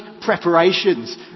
preparations